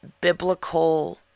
biblical